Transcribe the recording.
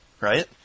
right